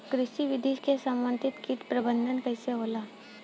कृषि विधि से समन्वित कीट प्रबंधन कइसे होला?